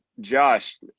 Josh